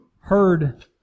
heard